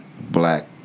black